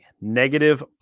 negative